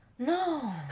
No